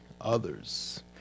others